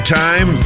time